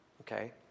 okay